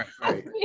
right